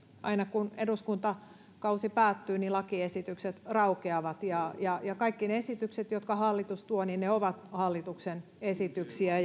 aina kun eduskuntakausi päättyy lakiesitykset raukeavat ja ja kaikki ne esitykset jotka hallitus tuo ovat hallituksen esityksiä